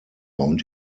und